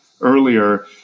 earlier